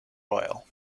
oil